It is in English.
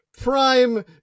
prime